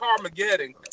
Carmageddon